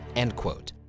end quote.